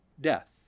death